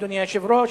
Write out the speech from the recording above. אדוני היושב-ראש.